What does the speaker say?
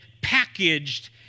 packaged